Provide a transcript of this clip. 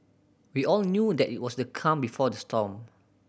we all knew that it was the calm before the storm